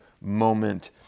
moment